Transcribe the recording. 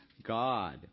God